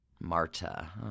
Marta